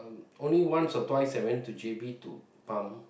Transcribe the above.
only once or twice I went to J_B to pump